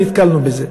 לא נתקלנו בזה.